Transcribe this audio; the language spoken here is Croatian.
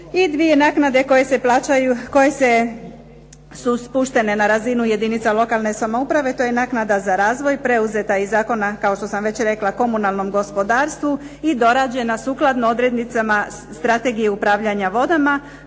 plaćaju, koje se, su spuštene na razinu jedinica lokalne samouprave. To je naknada za razvoj, preuzeta iz Zakona, kao što sam već rekla, komunalnom gospodarstvu i dorađena sukladno odrednicama strategije upravljanja vodama.